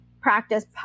practice